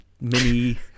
mini